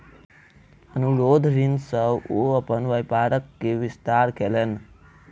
अनुरोध ऋण सॅ ओ अपन व्यापार के विस्तार कयलैन